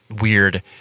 weird